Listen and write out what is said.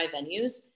venues